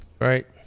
Right